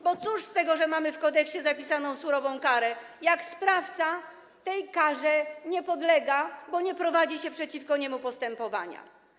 Bo cóż z tego, że mamy w kodeksie zapisaną surową karę, kiedy sprawca tej karze nie podlega, bo nie prowadzi się przeciwko niemu postępowania?